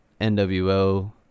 NWO